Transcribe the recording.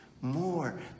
more